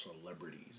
celebrities